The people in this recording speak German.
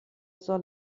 soll